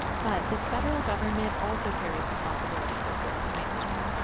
but the federal government also carries responsibility for forest management.